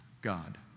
God